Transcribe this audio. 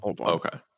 Okay